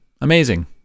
Amazing